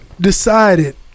decided